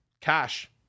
cash